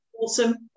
Awesome